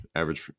average